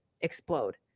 explode